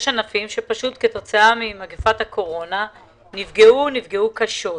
יש ענפים שכתוצאה ממגפת הקורונה נפגעו קשות.